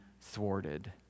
thwarted